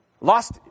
Lost